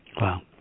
Wow